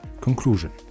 Conclusion